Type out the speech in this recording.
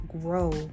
grow